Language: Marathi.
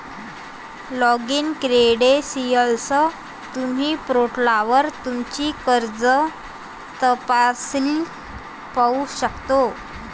लॉगिन क्रेडेंशियलसह, तुम्ही पोर्टलवर तुमचे कर्ज तपशील पाहू शकता